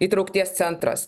įtraukties centras